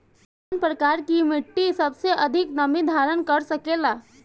कौन प्रकार की मिट्टी सबसे अधिक नमी धारण कर सकेला?